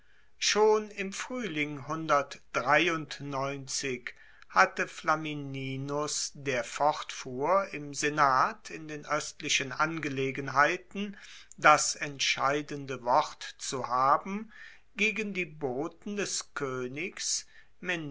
schon im fruehling hatte flamininus der fortfuhr im senat in den oestlichen angelegenheiten das entscheidende wort zu haben gegen die boten des koenigs